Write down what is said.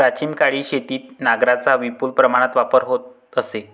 प्राचीन काळी शेतीत नांगरांचा विपुल प्रमाणात वापर होत असे